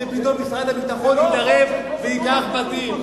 שפתאום משרד הביטחון יתערב וייקח בתים.